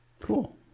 cool